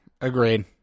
Agreed